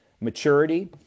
maturity